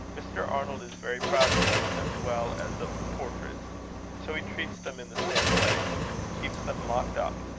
mr. arnold is very proud of them, as well as of the portraits so he treats them in the same way keeps them locked up.